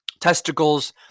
testicles